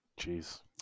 jeez